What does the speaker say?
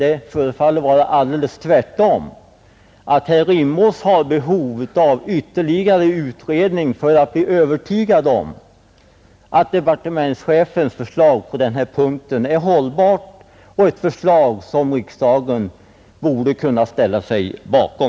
Det förefaller vara alldeles tvärtom, att herr Rimås har behov av ytterligare utredning för att bli övertygad om att departementschefens förslag på den här punkten är hållbart och ett förslag som riksdagen borde kunna ställa sig bakom.